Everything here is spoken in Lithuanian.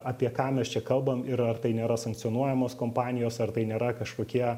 apie ką mes čia kalbam ir ar tai nėra sankcionuojamos kompanijos ar tai nėra kažkokie